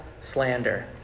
slander